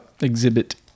exhibit